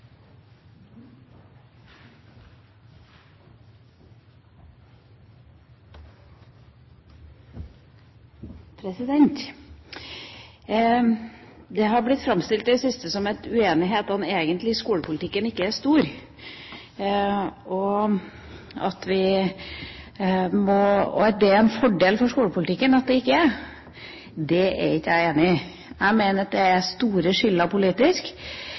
det siste har det blitt framstilt som om uenigheten i skolepolitikken egentlig ikke er stor, og at det er en fordel for skolepolitikken at den ikke er det. Det er jeg ikke enig i. Jeg mener det er store skiller politisk,